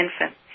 infant